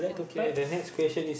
okay the next question is